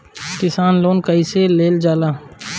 किसान लोन कईसे लेल जाला?